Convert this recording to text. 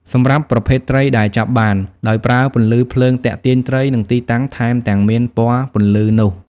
សម្រាប់ប្រភេទត្រីដែលចាប់បាន ដោយប្រើពន្លឺភ្លើងទាក់ទាញត្រី និងទីតាំង ថែមទាំងមានពណ៌ពន្លឺនោះ។